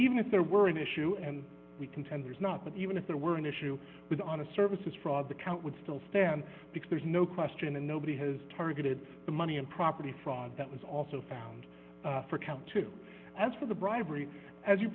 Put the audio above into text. even if there were an issue and we contend there's not but even if there were an issue with honest services fraud the count would still stand because there's no question and nobody has targeted the money and property fraud that was also found for count two as for the bribery as you